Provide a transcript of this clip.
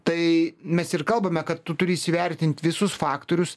tai mes ir kalbame kad tu turi įsivertint visus faktorius